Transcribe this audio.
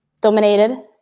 dominated